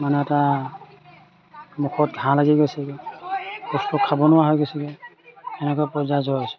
মানে এটা মুখত ঘাঁ লাগি গৈছেগৈ বস্তু খাব নোৱাৰা হৈ গৈছেগৈ সেনেকুৱা পৰ্যায়ৰ জ্বৰ হৈছে